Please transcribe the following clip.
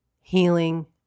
Healing